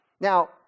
Now